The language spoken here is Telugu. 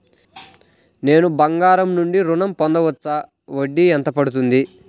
నేను బంగారం నుండి ఋణం పొందవచ్చా? వడ్డీ ఎంత పడుతుంది?